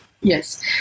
Yes